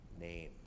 name